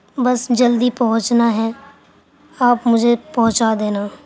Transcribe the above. بس جلدی پہنچنا ہے آپ مجھے پہنچا دینا